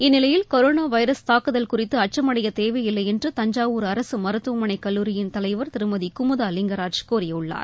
இந்நிலையில் corona virus தாக்குதல் குறித்து அச்சமடைய தேவையில்லை என்று தஞ்சாவூர் அரசு மருத்துவமனை கல்லூரியின் தலைவர் திருமதி குமுதா லிங்கராஜ் கூறியுள்ளார்